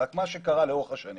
רק מה שקרה לאורך השנים